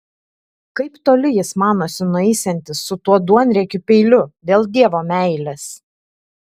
kaip toli jis manosi nueisiantis su tuo duonriekiu peiliu dėl dievo meilės